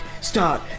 start